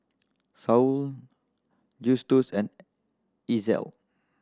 Saul Justus and Ezell